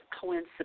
coincidence